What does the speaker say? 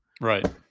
Right